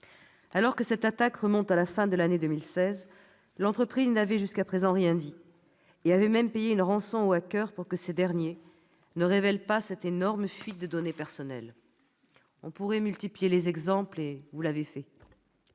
Alors que cette attaque remonte à la fin de l'année 2016, l'entreprise n'avait jusqu'à présent rien dit, et avait même payé une rançon aux hackers pour que ces derniers ne révèlent pas cette énorme fuite de données personnelles ... On pourrait multiplier les exemples, et vous l'avez fait,